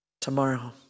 tomorrow